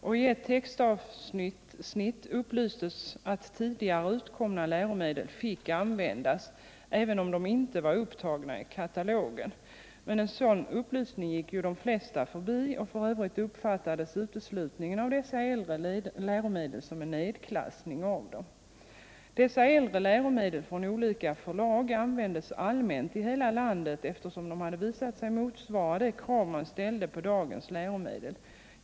I ett textavsnitt upplystes att tidigare utkomna läromedel fick användas även om de inte var upptagna i katalogen, men en sådan upplysning gick de flesta förbi. F. ö. uppfattades uteslutningen av dessa äldre läromedel som en nedklassning av dem. De äldre läromedlen från olika förlag användes allmänt i hela landet, eftersom de har visat sig motsvara de krav man ställer på dagens läromedel.